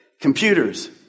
Computers